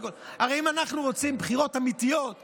הרי אם אנחנו רוצים בחירות אמיתיות,